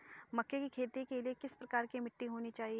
मक्के की खेती के लिए किस प्रकार की मिट्टी होनी चाहिए?